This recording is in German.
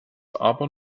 aber